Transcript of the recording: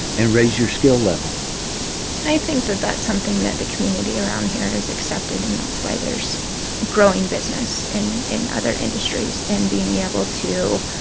and raise your skill level and i think that that's something that the community around here has accepted. and that's why there's growing business in in other industries and being able to,